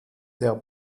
der